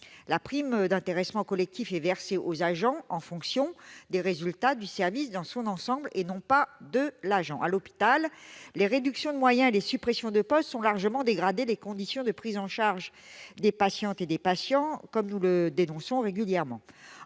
La prime d'intéressement collectif est versée aux agents en fonction non pas des résultats de l'agent, mais des résultats du service dans son ensemble. À l'hôpital, les réductions de moyens et les suppressions de postes ont largement dégradé les conditions de prise en charge des patientes et des patients, comme nous le dénonçons régulièrement.